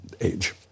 age